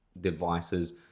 devices